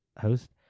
host